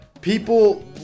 people